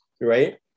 right